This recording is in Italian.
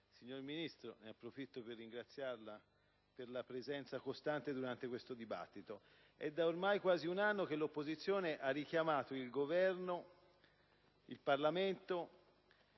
signor Ministro per la sua presenza costante durante questo dibattito. È da ormai quasi un anno che l'opposizione ha richiamato il Governo, il Parlamento